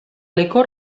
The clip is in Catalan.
licor